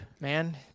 man